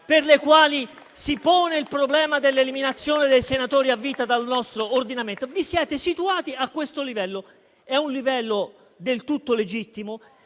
per le quali si pone il problema dell'eliminazione dei senatori a vita dal nostro ordinamento. Vi siete posti a questo livello, che è del tutto legittimo,